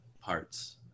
parts